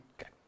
Okay